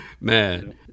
Man